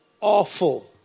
Awful